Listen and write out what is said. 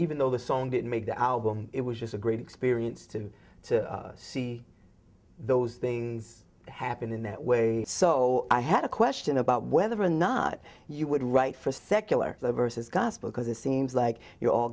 even though the song didn't make the album it was just a great experience to to see those things happen in that way so i had a question about whether or not you would write for secular versus gospel because it seems like you're all